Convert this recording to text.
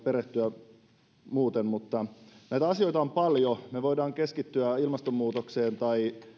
perehtyä näitä asioita on paljon me voimme keskittyä ilmastonmuutokseen tai